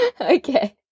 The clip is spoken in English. Okay